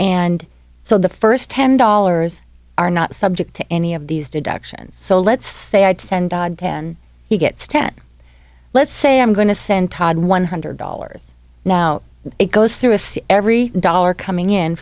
and so the first ten dollars are not subject to any of these deductions so let's say i'd send ten he gets ten let's say i'm going to send todd one hundred dollars now it goes through a every dollar coming in